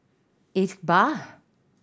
Iqbal